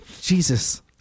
Jesus